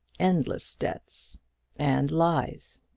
endless debts and lies,